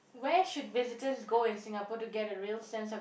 where should visitors go in Singapore to get a real sense of